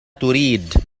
تريد